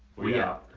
we out.